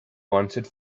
wanted